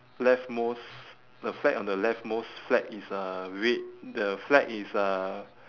left most the flag on the left most flag is uh red the flag is uh